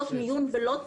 אתה לא יכול להשתמש בזה,